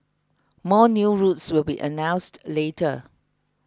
more new routes will be announced later